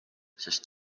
sest